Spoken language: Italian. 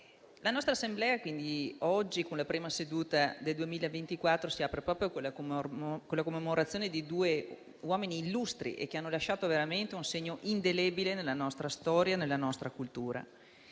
la nostra Assemblea oggi, con la prima seduta del 2024, si apre con la commemorazione di due uomini illustri, che hanno lasciato veramente un segno indelebile nella nostra storia e nella nostra cultura.